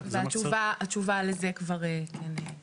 והתשובה לזה כבר ייתן.